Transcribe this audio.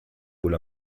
wohl